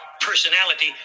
personality